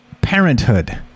parenthood